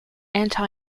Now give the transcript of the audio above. anti